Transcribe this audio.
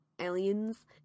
Aliens